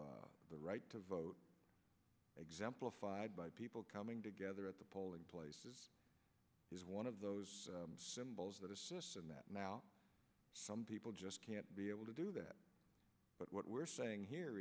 of the right to vote exemplified by people coming together at the polling places is one of those symbols that now some people just can't be able to do that but what we're saying here